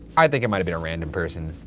i think it might've been a random person.